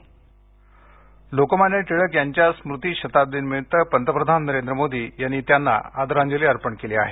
लोकमान्य टिळक लोकमान्य टिळक यांच्या स्मृती शताब्दीनिमित्त पंतप्रधान नरेंद्र मोदी यांनी त्यांना आदरांजली अर्पण केली आहे